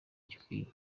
gikwiriye